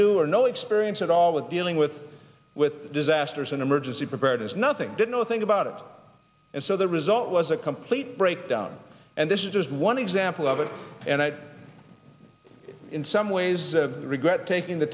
do or no experience at all with dealing with with disasters and emergency preparedness nothing did nothing about it and so the result was a complete breakdown and this is just one example of it and i in some ways the regret taking the